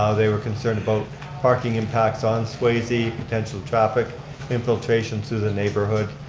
ah they were concerned about parking impacts on swayze, potential traffic infiltration to the neighborhood,